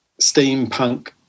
steampunk